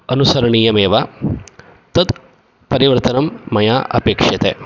अनुसरणीयमेव तत् परिवर्तनं मया अपेक्ष्यते